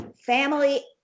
family